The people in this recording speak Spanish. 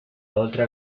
otra